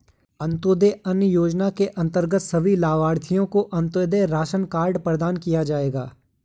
अंत्योदय अन्न योजना के अंतर्गत सभी लाभार्थियों को अंत्योदय राशन कार्ड प्रदान किया जाएगा